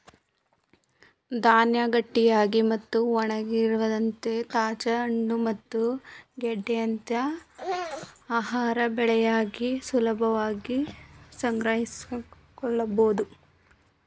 ಧಾನ್ಯ ಗಟ್ಟಿಯಾಗಿ ಮತ್ತು ಒಣಗಿರುತ್ವೆ ತಾಜಾ ಹಣ್ಣು ಮತ್ತು ಗೆಡ್ಡೆಯಂತ ಆಹಾರ ಬೆಳೆಗಿಂತ ಸುಲಭವಾಗಿ ಸಂಗ್ರಹಿಸ್ಬೋದು